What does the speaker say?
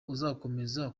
uzakomeza